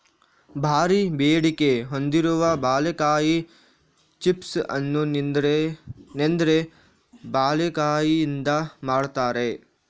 ಭಾರೀ ಬೇಡಿಕೆ ಹೊಂದಿರುವ ಬಾಳೆಕಾಯಿ ಚಿಪ್ಸ್ ಅನ್ನು ನೇಂದ್ರ ಬಾಳೆಕಾಯಿಯಿಂದ ಮಾಡ್ತಾರೆ